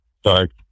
start